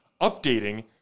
updating